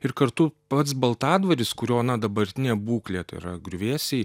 ir kartu pats baltadvaris kurio na dabartinė būklė tai yra griuvėsiai